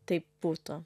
taip būtų